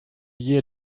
year